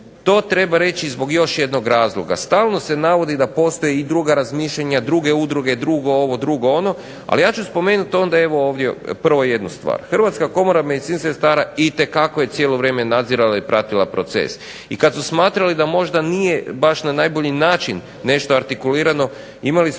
To treba reći zbog još jednog razloga. Stalno se navodi da postoje i druga razmišljanja, druge udruge, drugo ovo, drugo ono, ali ja ću spomenuti onda evo ovdje prvo jednu stvar. Hrvatska komora medicinskih sestara itekako je cijelo vrijeme nadzirala i pratila proces, i kad su smatrali da možda nije baš na najbolji način nešto artikulirano, imali smo